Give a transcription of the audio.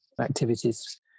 activities